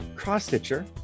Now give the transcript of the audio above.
cross-stitcher